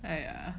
!aiya!